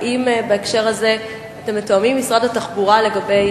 האם בהקשר הזה אתם מתואמים עם משרד התחבורה לגבי